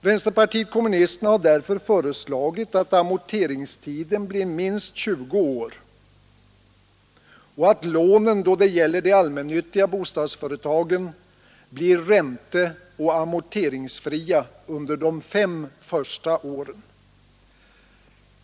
Vänsterpartiet kommunisterna har därför föreslagit att amorteringstiden blir minst 20 år och att lånen då det gäller de allmännyttiga bostadsföretagen blir ränteoch amorteringsfria under de fem första åren.